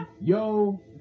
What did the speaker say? yo